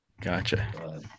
Gotcha